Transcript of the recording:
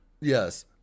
Yes